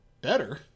better